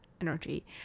energy